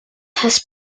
has